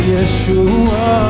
Yeshua